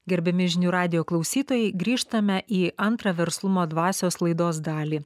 gerbiami žinių radijo klausytojai grįžtame į antrą verslumo dvasios laidos dalį